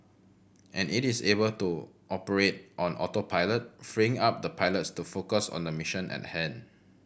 and it is able to operate on autopilot freeing up the pilots to focus on the mission and hand